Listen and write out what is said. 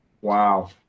Wow